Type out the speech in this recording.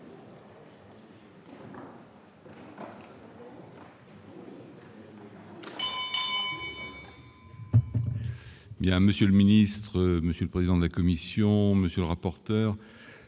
monsieur le ministre, monsieur le président de la Commission, monsieur le rapporteur,